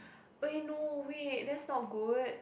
eh no wait that's not good